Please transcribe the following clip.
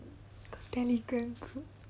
got telegram group